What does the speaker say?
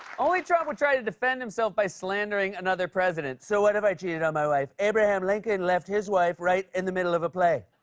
only trump would try to defend himself by slandering another president. so what if i cheated on my wife? abraham lincoln left his wife right in the middle of play.